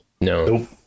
no